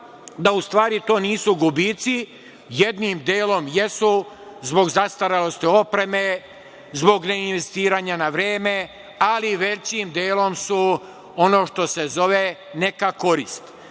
da u stvari to nisu gubici, jednim delom jesu zbog zastarelosti opreme, zbog ne investiranja na vreme, ali većim delom su, ono što se zove, neka korist.